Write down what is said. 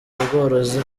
ubworozi